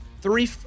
three